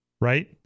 Right